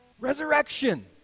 Resurrection